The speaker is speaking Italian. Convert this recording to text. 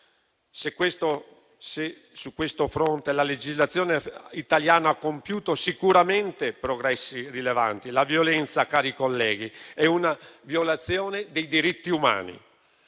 Su questo fronte, la legislazione italiana ha compiuto sicuramente progressi rilevanti. La violenza, cari colleghi, è una violazione dei diritti umani.